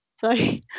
Sorry